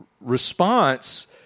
response